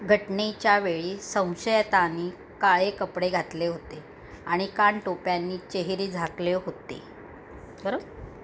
घटनेच्या वेळी संशयितांनी काळे कपडे घातले होते आणि कानटोप्यांनी चेहरे झाकले होते बरोबर